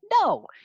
No